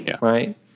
right